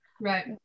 right